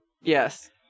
Yes